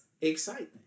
excitement